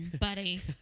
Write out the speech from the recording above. buddy